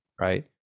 right